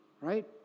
right